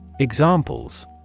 Examples